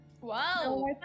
wow